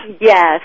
Yes